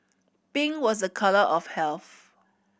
pink was a colour of health